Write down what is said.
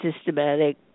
systematic